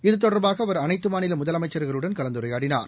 இது தொடர்பாகஅவர் அனைத்தமாநிலமுதலமைச்சர்களுடன் கலந்துரையாடினார்